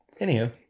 Anywho